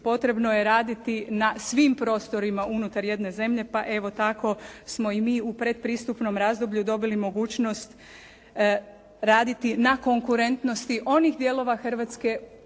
potrebno je raditi na svim prostorima unutar jedne zemlje pa evo tako smo i mi u predpristupnom razdoblju dobili mogućnost raditi na konkurentnosti onih dijelova Hrvatske koja